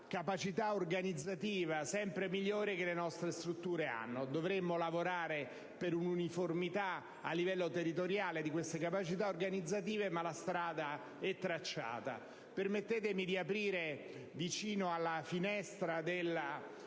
capacità organizzativa sempre migliore delle nostre strutture. Dovremmo quindi lavorare per addivenire ad un'uniformità a livello territoriale di questa capacità organizzativa. Ma la strada è tracciata. Permettetemi di aprire una finestra e